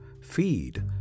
feed